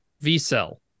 v-cell